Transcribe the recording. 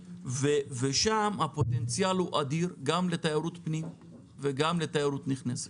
ושם הפוטנציאל אדיר גם לתיירות פנים וגם לתיירות נכנסת.